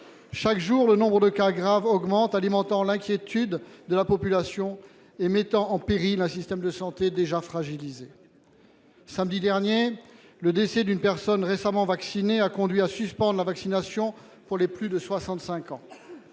Chaque jour, le nombre de cas graves augmente, alimentant l'inquiétude de la population et mettant en péril un système de santé déjà fragilisé. Samedi dernier, le décès d'une personne récemment vaccinée a conduit à suspendre la vaccination pour les plus de 65 ans.